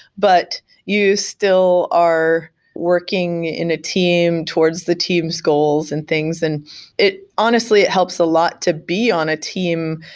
but you still are working in a team towards the team's goals and things. and it honestly helps a lot to be on a team,